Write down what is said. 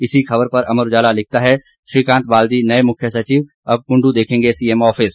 इसी ख़बर पर अमर उजाला लिखता है श्रीकांत बाल्दी नए मुख्य सचिव अब कुंडू देखेंगे सीएम ऑफिस